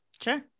Sure